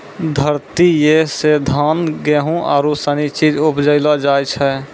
धरतीये से धान, गेहूं आरु सनी चीज उपजैलो जाय छै